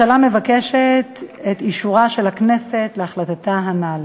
מבקשת הממשלה את אישורה של הכנסת להחלטתה הנ"ל.